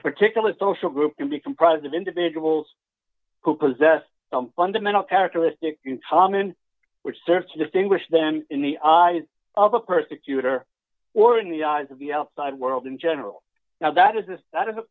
particular social group can be comprised of individuals who possess some fundamental characteristic in tom and which serve to distinguish them in the eyes of a persecutor or in the eyes of the outside world in general now that is th